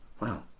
Wow